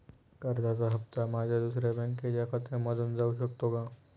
कर्जाचा हप्ता माझ्या दुसऱ्या बँकेच्या खात्यामधून जाऊ शकतो का?